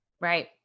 Right